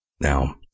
Now